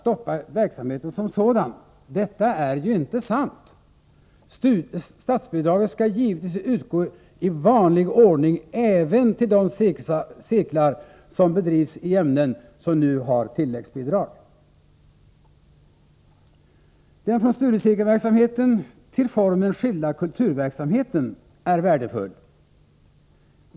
Statsbidragen Anslag till vuxenut skall givetvis utgå i vanlig ordning även till de cirklar som bedrivs i ämnen bildning som nu har tilläggsbidrag. Den från studiecirkelverksamheten till formen skilda kulturverksamheten är värdefull.